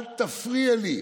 אל תפריע לי.